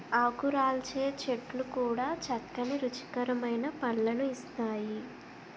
ఆకురాల్చే చెట్లు కూడా చక్కని రుచికరమైన పళ్ళను ఇస్తాయి